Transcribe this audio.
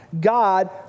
God